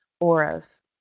auras